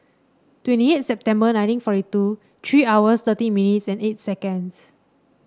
twenty eight September nineteen forty two three hours thirty minutes and eight seconds